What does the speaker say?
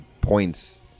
points